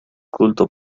culto